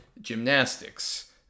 gymnastics